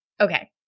Okay